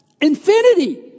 infinity